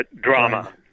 drama